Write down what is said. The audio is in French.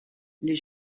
les